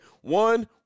one